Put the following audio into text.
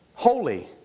holy